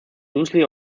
loosely